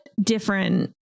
different